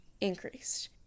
increased